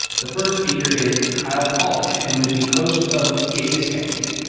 the first speaker is kyle polich, who is the host of data skeptic.